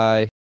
Bye